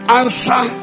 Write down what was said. answer